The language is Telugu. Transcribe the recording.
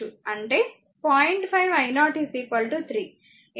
5i0 3 ఎందుకంటే i0 0